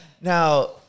Now